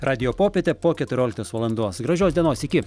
radijo popietė po keturioliktos valandos gražios dienos iki